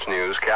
News